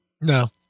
No